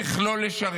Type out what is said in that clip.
איך לא לשרת.